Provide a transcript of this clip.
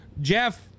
Jeff